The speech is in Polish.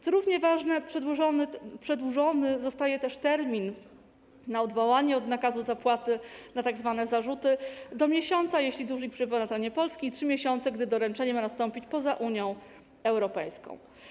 Co równie ważne, przedłużony zostaje też termin na odwołanie od nakazu zapłaty na tzw. zarzuty - do miesiąca, jeśli dłużnik przebywa na terenie Polski, i 3 miesięcy, gdy doręczenie ma nastąpić poza Unią Europejską.